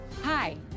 Hi